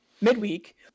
midweek